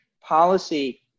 Policy